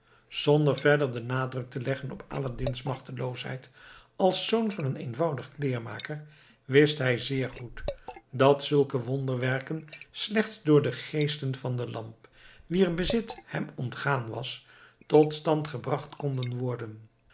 zonder verder den nadruk te leggen op aladdin's machteloosheid als zoon van een eenvoudig kleermaker wist hij zeer goed dat zulke wonderwerken slechts door de geesten van de lamp wier bezit hem ontgaan was tot stand gebracht konden worden